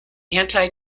anti